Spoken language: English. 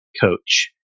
coach